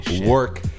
work